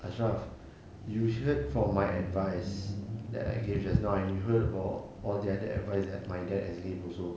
ashraf you've heard from my advice that I gave just now and you heard about all the other advice at my dad has gave also